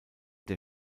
der